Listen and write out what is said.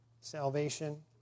salvation